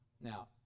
Now